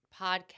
podcast